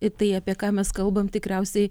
į tai apie ką mes kalbam tikriausiai